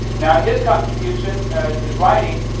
now his contribution his writing,